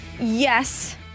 Yes